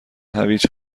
هویج